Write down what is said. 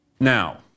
now